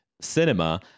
cinema